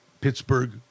Pittsburgh